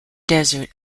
desert